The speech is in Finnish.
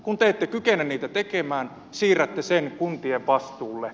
kun te ette kykene niitä tekemään siirrätte sen kuntien vastuulle